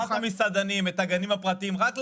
שר התיירות נלחם על זה רבות.